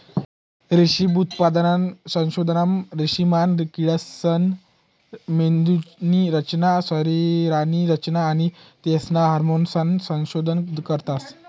रेशीम उत्पादनना संशोधनमा रेशीमना किडासना मेंदुनी रचना, शरीरनी रचना आणि तेसना हार्मोन्सनं संशोधन करतस